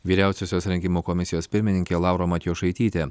vyriausiosios rinkimų komisijos pirmininkė laura matjošaitytė